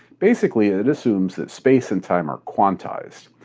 basically, it assumes that space and time are quantized.